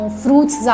fruits